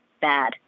bad